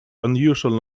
unusual